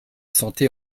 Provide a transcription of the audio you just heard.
santé